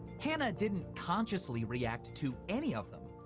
hannah didn't consciously react to any of them.